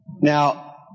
Now